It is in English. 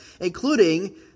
including